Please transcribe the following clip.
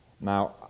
Now